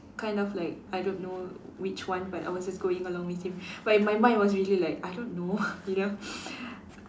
kind of like I don't know which one but I was just going along with him but in my mind it was really like I don't know you know